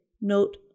note